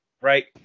right